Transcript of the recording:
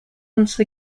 once